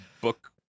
book